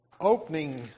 opening